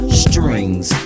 strings